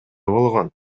болгон